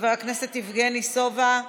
חבר הכנסת יבגני סובה,